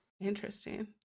Interesting